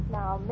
now